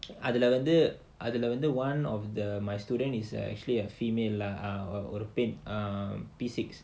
அதுல வந்து அதுல வந்து:adhula vandhu adhula vandhu one of the my student is actually a female or a european mm P six